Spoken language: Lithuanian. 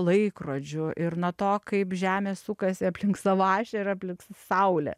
laikrodžių ir nuo to kaip žemė sukasi aplink savo ašį ir aplink saulę